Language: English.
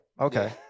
okay